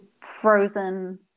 frozen